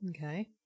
Okay